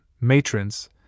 matrons